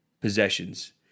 possessions